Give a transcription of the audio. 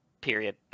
Period